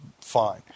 fine